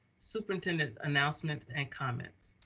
superintendent announcements and comments.